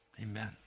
Amen